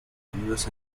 divididos